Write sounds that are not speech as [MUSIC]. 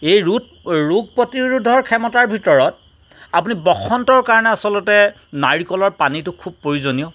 এই [UNINTELLIGIBLE] ৰোগ প্ৰতিৰোধৰ ক্ষমতাৰ ভিতৰত আপুনি বসন্তৰ কাৰণে আচলতে নাৰিকলৰ পানীটো খুব প্ৰয়োজনীয়